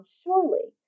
surely